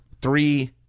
three